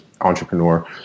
entrepreneur